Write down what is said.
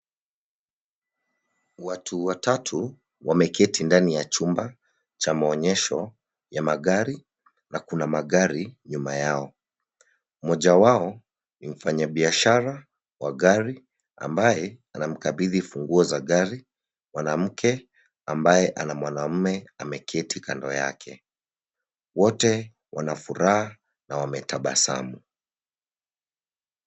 Watu watatu wameketi ndani ya chumba cha maonyesho ya magari na kuna magari nyuma yao. Mmoja wao ni mfanyabiashara wa gari ambaye anamkabidhi funguo za gari mwanamke ambaye ana mwanaume ameketi kando yake. Wote wana furaha na wanatabasamu.